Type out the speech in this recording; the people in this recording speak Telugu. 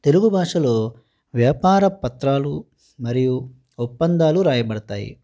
తెలుగు భాషలో వ్యాపార పత్రాలు మరియు ఒప్పందాలు రాయబడుతాయి